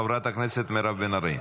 חברת הכנסת מירב בן ארי.